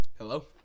hello